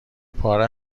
پاره